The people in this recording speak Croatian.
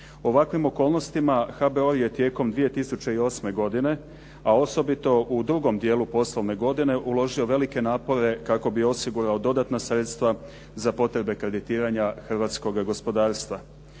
ovakvim okolnostima HBOR je tijekom 2008. godine, a osobito u drugom dijelu poslovne godine uložio velike napore kako bi osigurao dodatna sredstva za potrebe kreditiranja hrvatskoga gospodarstva.